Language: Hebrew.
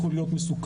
יכול להיות מסוכן.